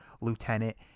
lieutenant